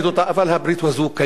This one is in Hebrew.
אבל הברית הזו קיימת,